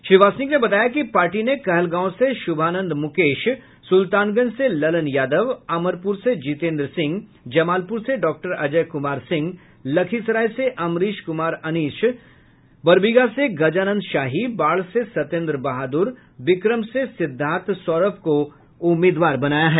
श्री वासनिक ने बताया कि पार्टी ने कहलगांव से शुभानंद मुकेश सुल्तानगंज से ललन यादव अमरपुर से जितेंद्र सिंह जमालपुर से डॉक्टर अजय कुमार सिंह लखीसराय से अमरीश कुमार अनीश बरबीघा से गजानंद शाही बाढ़ से सत्येंद्र बहादुर बिक्रम से सिद्धार्थ सौरभ को उम्मीदवार बनाया है